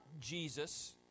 Jesus